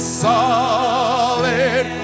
solid